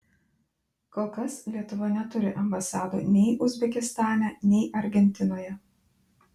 kol kas lietuva neturi ambasadų nei uzbekistane nei argentinoje